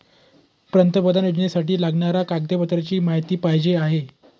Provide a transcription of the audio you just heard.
पंतप्रधान योजनेसाठी लागणाऱ्या कागदपत्रांची माहिती पाहिजे आहे